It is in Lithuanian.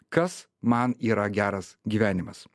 kas man yra geras gyvenimas